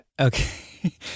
Okay